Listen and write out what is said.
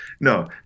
No